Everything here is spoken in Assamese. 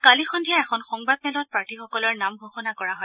কালি সঙ্ধিয়া এখন সংবাদমেলত প্ৰাৰ্থীসকলৰ নাম ঘোষণা কৰা হয়